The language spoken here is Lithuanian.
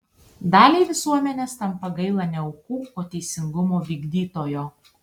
daliai visuomenės tampa gaila ne aukų o teisingumo vykdytojo